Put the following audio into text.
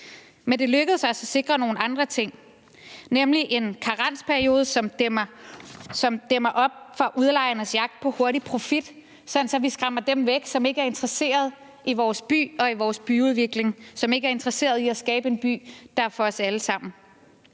Men det lykkedes os at sikre nogle andre ting, nemlig en karensperiode, som dæmmer op for udlejernes jagt på hurtig profit, sådan at vi skræmmer dem væk, som ikke er interesseret i vores by og i vores byudvikling, og som ikke er interesseret i at skabe en by, der er for os alle sammen.